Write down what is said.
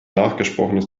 nachgesprochenes